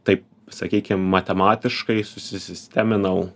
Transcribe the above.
taip sakykim matematiškai susisisteminau